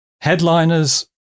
Headliners